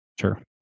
Sure